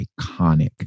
iconic